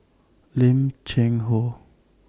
Lim Cheng Hoe